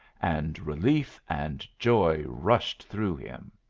and relief and joy rushed through him.